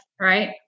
right